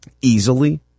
easily